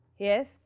Yes